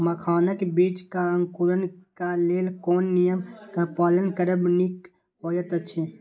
मखानक बीज़ क अंकुरन क लेल कोन नियम क पालन करब निक होयत अछि?